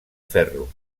ferro